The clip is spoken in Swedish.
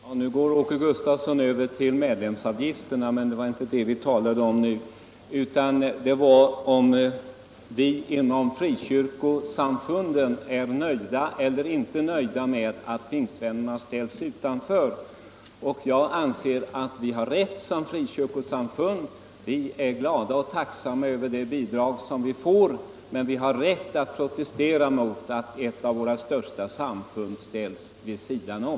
Herr talman! Nu går Åke Gustavsson över till medlemsavgifterna, men det var inte det vi talade om. Vad vi talade om var huruvida vi inom frikyrkosamfunden är nöjda eller inte nöjda med att pingstvännerna ställs utanför. Vi är glada och tacksamma över de bidrag som vi får, men 15 organisationerna vi har rätt att protestera mot att ett av våra största samfund ställs vid sidan om.